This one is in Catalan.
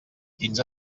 quins